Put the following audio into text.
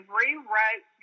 rewrote